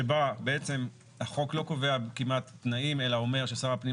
שבה בעצם החוק לא קובע כמעט תנאים אלא אומר ששר הפנים